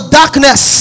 darkness